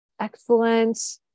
Excellent